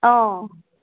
অঁ